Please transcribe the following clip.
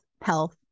health